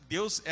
Deus